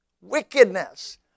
Wickedness